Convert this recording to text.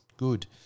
Good